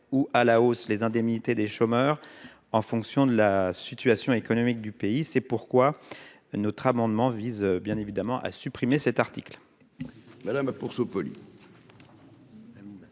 ou à la hausse les indemnités des chômeurs en fonction de la situation économique du pays, c'est pourquoi notre amendement vise bien évidemment à supprimer cet article.